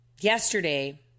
Yesterday